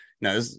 no